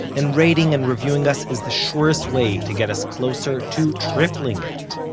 and rating and reviewing us is the surest way to get us closer to tripling it.